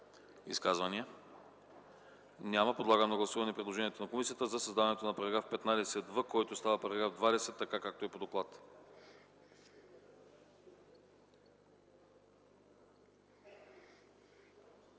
Изказвания няма. Подлагам на гласуване предложението на комисията за създаването на § 18а, който става § 26, така както е по доклад.